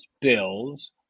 Bills –